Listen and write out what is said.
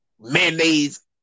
mayonnaise